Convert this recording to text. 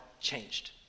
changed